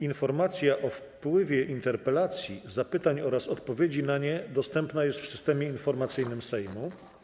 Informacja o wpływie interpelacji, zapytań oraz odpowiedzi na nie dostępna jest w Systemie Informacyjnym Sejmu.